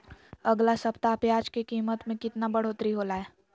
अगला सप्ताह प्याज के कीमत में कितना बढ़ोतरी होलाय?